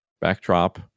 Backdrop